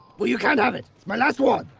well you can't have it, it's my last one.